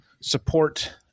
support